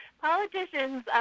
Politicians